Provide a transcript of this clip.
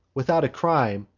without a crime,